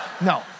no